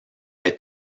est